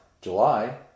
July